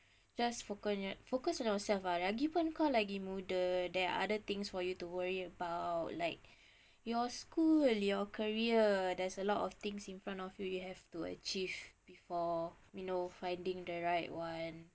just focus focus on yourself lah lagipun kau lagi muda there are other things for you to worry about like your school and your career there's a lot of things in front of you you have to achieve before you know finding the right one